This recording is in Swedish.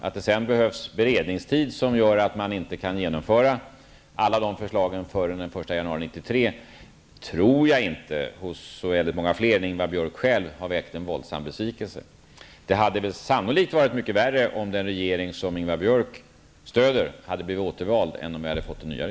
Att det behövs beredningstid som gör att man inte kan genomföra alla förslagen före den 1 januari 1993 tror jag inte har väckt så våldsam besvikelse hos många andra än Ingvar Björk. Det hade sannolikt varit mycket värre om den regering som Ingvar